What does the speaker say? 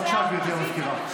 בבקשה, גברתי המזכירה.